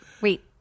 Wait